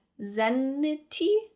zenity